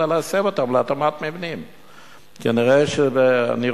ונסב אותם למבנים מתאימים.